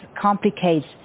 complicates